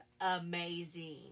amazing